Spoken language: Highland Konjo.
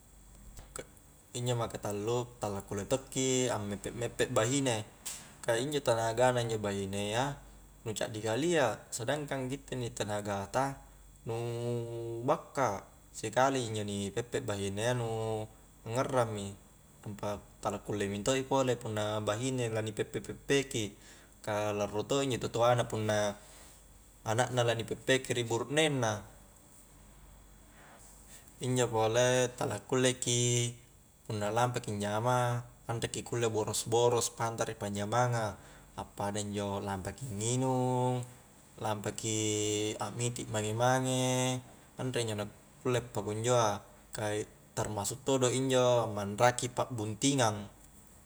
Injo maka tallu tala kulle tokki a meppe-meppe bahine ka injo tanaga na injo bahinea nu caddi kalia, sedangkang gitte inni tenaga ta nu bakka sikali ji injo ni peppe bahinea nu ngarrang mi, nampa tala kulle minto i pole punna bahine lani peppe-peppe ki ka larro to injo totoa na punna anakna la ni peppeki ri burukneng na injo pole tala kulle ki punna lampa ki anjama anre ki kulle boros-boros pantara ri panjamanga appada injo lampaki nginung lampaki ammiti mange-mange anre injo na kulle pakunjoa ka termasuk to injo ammanraki pa'buntingang